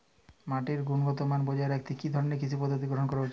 মাটির গুনগতমান বজায় রাখতে কি ধরনের কৃষি পদ্ধতি গ্রহন করা উচিৎ?